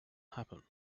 happen